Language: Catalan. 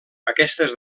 aquestes